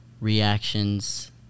reactions